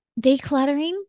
decluttering